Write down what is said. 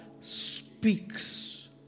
speaks